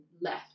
left